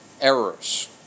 errors